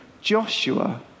Joshua